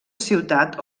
ciutat